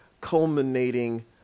culminating